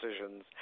decisions